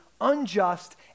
unjust